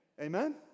Amen